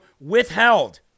withheld